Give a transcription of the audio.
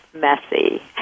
messy